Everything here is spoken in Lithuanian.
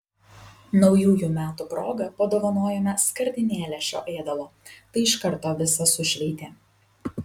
naujųjų metų proga padovanojome skardinėlę šio ėdalo tai iš karto visą sušveitė